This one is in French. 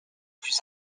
plus